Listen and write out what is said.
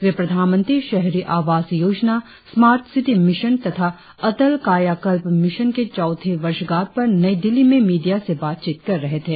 वे प्रधानमंत्री शहरी आवास योजना स्मार्ट सिटी मिशन तथा अटल कायाकल्प मिशन की चौथी वर्षगाठ पर नई दिल्ली में मीडिया से बातचीत कर रहे थे